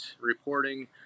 reporting